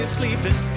sleeping